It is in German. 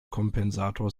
kompensator